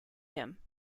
him